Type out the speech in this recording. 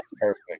Perfect